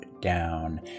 down